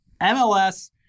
MLS